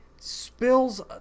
spills